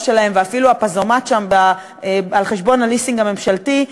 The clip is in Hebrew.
שלהם ואפילו ה"פזומט" שם על חשבון הליסינג הממשלתי,